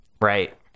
Right